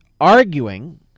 arguing